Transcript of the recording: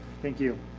thank you.